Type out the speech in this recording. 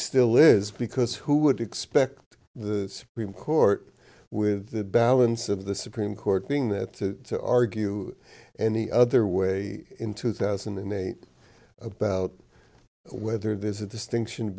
still is because who would expect the supreme court with the balance of the supreme court being that to to argue any other way in two thousand and eight about whether there's a distinction